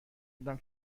بودم